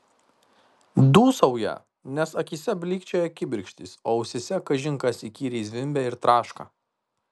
dūsauja nes akyse blykčioja kibirkštys o ausyse kažin kas įkyriai zvimbia ir traška